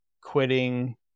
quitting